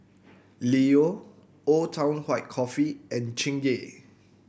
Leo Old Town White Coffee and Chingay